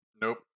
Nope